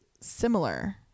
similar